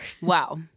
Wow